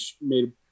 made